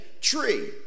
tree